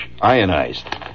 ionized